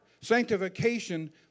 Sanctification